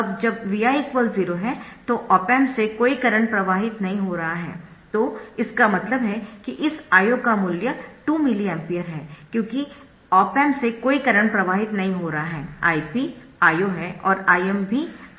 अब जब Vi 0 है तो ऑप एम्प से कोई करंट प्रवाहित नहीं हो रहा है तो इसका मतलब है कि इस I0 का मूल्य 2 mA है क्योंकि ऑप एम्प से कोई करंट प्रवाहित नहीं हो रहा है Ip I0 है और Im भी I0 है